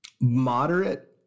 moderate